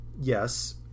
yes